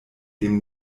dem